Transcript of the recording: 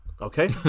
Okay